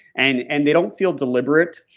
and and they don't feel deliberate.